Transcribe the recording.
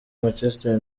manchester